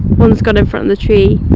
one's gone in front of the tree,